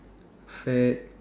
fat